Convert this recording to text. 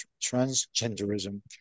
transgenderism